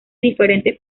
diferentes